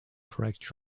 correct